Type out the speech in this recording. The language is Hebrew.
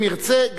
אם ירצה,